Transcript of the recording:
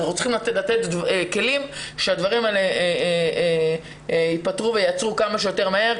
אנחנו צריכים לתת כלים כדי שהדברים האלה יעצרו כמה שיותר מהר.